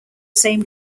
same